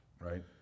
Right